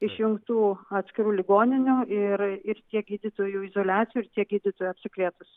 išjungtų atskirų ligoninių ir ir tiek gydytojų izoliacijos tiek gydytojų apsikrėtus